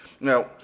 Now